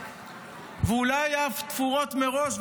ואולי אף תפורות מראש,